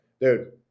dude